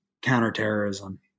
counterterrorism